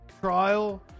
trial